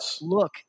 look